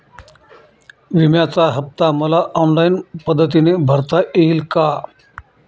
विम्याचा हफ्ता मला ऑनलाईन पद्धतीने भरता येईल का?